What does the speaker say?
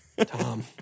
Tom